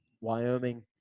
Wyoming